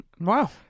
Wow